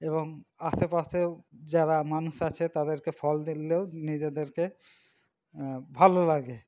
এবং আশেপাশেও যারা মানুষ আছে তাদেরকে ফল দিলেও নিজেদেরকে ভালো লাগে